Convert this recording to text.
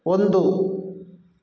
ಒಂದು